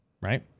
right